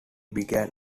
began